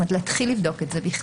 זאת אומרת להתחיל לבדוק את זה בכלל?